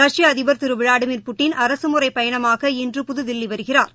ரஷ்ய அதிபா் திரு விளாடிமிா் புட்டின் அரசுமுறைப் பயணமாக இன்று புதுதில்வி வருகிறாா்